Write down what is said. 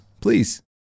Please